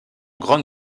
grande